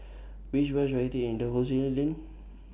Which Bus should I Take in Dalhousie Lane